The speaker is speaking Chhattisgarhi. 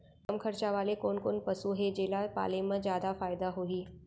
कम खरचा वाले कोन कोन पसु हे जेला पाले म जादा फायदा होही?